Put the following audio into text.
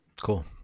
Cool